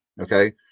okay